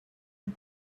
amb